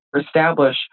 establish